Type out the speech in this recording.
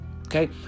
okay